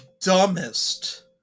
dumbest